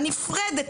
הנפרדת,